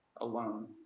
alone